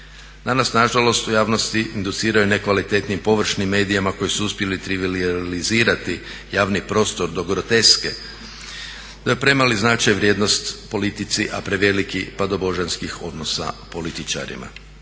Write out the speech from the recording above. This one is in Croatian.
Danas nažalost u javnosti induciraju nekvalitetnim površnim medijima koji su uspjeli trivijalizirati javni prostor do groteske to je premali značaj vrijednost politici, a preveliki pa do božanskih odnosa političarima.